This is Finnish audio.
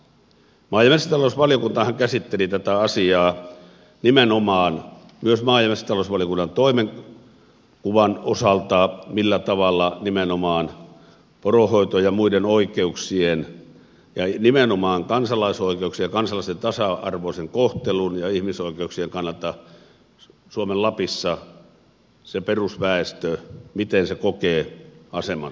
maa ja metsätalousvaliokuntahan käsitteli tätä asiaa nimenomaan myös maa ja metsätalousvaliokunnan toimenkuvan osalta millä tavalla nimenomaan poronhoito ja muiden oikeuksien ja nimenomaan kansalaisoikeuksien ja kansalaisten tasa arvoisen kohtelun ja ihmisoikeuksien kannalta suomen lapissa perusväestö kokee asemansa